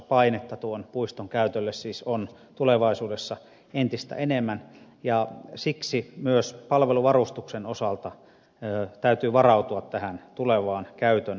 painetta tuon puiston käytölle siis on tulevaisuudessa entistä enemmän ja siksi myös palveluvarustuksen osalta täytyy varautua tähän tulevaan käytön lisääntymiseen